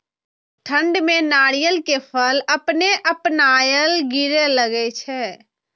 ठंड में नारियल के फल अपने अपनायल गिरे लगए छे?